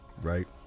Right